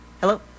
Hello